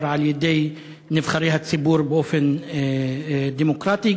על-ידי נבחרי הציבור באופן דמוקרטי.